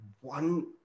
one